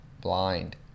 blind